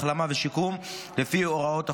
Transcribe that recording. החלמה ושיקום לפי הוראות החוק.